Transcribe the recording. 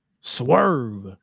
Swerve